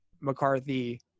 McCarthy